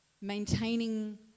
maintaining